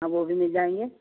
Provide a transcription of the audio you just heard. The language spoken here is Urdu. ہاں وہ بھی مل جائیں گے